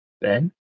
Ben